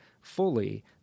fully